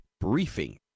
briefing